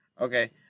Okay